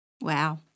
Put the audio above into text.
Wow